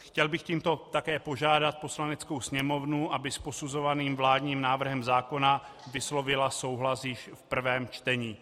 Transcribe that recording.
Chtěl bych tímto také požádat Poslaneckou sněmovnu, aby s posuzovaným vládním návrhem zákona vyslovila souhlas již v prvém čtení.